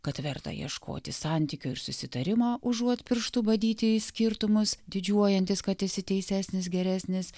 kad verta ieškoti santykio ir susitarimo užuot pirštu badyti į skirtumus didžiuojantis kad esi teisesnis geresnis